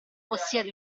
possiede